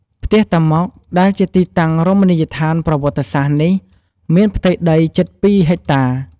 ផ្ទះតាម៉ុក ដែលជាទីតាំងរមនីយដ្ឋានប្រវត្តិសាស្ត្រនេះ មានផ្ទៃដីជិត ២ហិកតា។